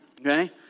okay